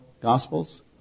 Gospels